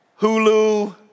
Hulu